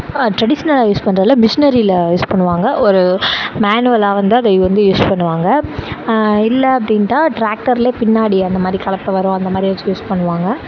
டிரெடிஷ்னலாக use பண்ணுறதுல மிஷினரியில use பண்ணுவாங்க ஒரு மேனுவலாக வந்து அதை யூ வந்து யூஸ் பண்ணுவாங்க இல்லை அப்படின்ட்டா டிராக்டர்ல பின்னாடி அந்த மாதிரி கலப்பை வரும் அந்த மாதிரி வச்சி யூஸ் பண்ணுவாங்க